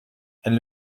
elles